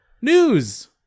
News